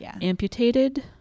amputated